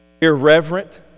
irreverent